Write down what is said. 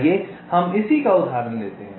आइए हम इसी का उदाहरण लेते हैं